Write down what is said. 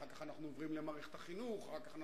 ואחר כך אנחנו עוברים למערכת החינוך ואחר כך אנחנו